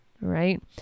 Right